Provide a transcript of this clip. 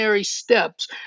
Steps